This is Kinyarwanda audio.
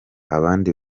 abandi